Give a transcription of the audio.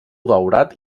daurat